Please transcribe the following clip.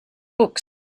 books